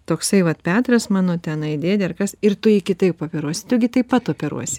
toksai vat petras mano tenai dėdė ar kas ir tu jį kitaip operosi tu gi taip pat operuosi